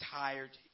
tired